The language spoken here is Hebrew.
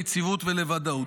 ליציבות ולוודאות.